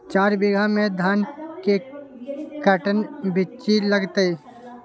चार बीघा में धन के कर्टन बिच्ची लगतै?